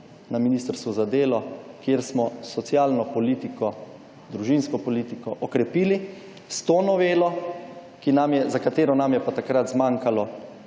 na Ministrstvu za delo, kjer smo socialno politiko, družinsko politiko okrepili. S to novelo, za katero nam je pa takrat zmanjkalo